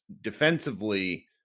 defensively